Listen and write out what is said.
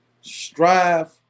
Strive